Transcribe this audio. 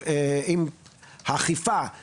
ולטובת יכולת האכיפה של הגורם שאחראי על ביצוע אכיפה כזו.